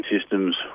systems